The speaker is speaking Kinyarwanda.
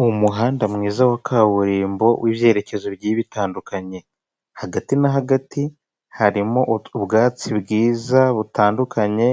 Mu muhanda mwiza wa kaburimbo w'ibyerekezo bigiye bitandukanye hagati na hagati harimo ubwatsi bwiza butandukanye,